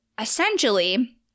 essentially